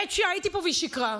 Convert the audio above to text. האמת שהייתי פה, והיא שיקרה.